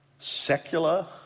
Secular